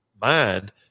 mind